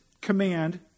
command